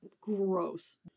gross